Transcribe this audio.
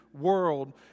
world